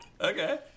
Okay